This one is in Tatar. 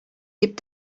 дип